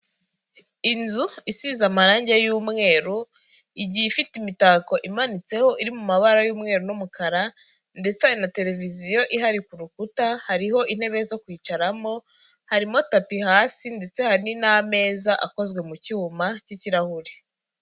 Inzu isize amarange y'umweru, igiye ifite imitako imanitseho iri mu mabara y'umweru n'umukara, ndetse hari na televiziyo ihari ku rukuta, hariho intebe zo kwicaramo, harimo tapi hasi ndetse hari n'ameza akozwe mu cyuma cy'ikirahure.